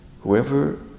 Whoever